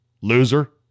Loser